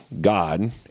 God